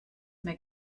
mehr